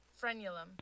Frenulum